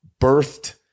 birthed